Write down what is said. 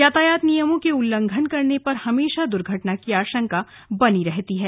यातायात नियमो के उल्लंघन करने पर हमेशा दुर्घटना की आशंका बनी रहती है